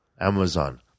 Amazon